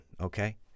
okay